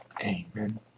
Amen